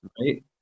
right